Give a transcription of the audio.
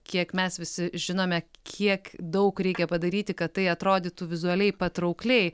kiek mes visi žinome kiek daug reikia padaryti kad tai atrodytų vizualiai patraukliai